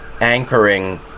anchoring